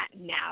now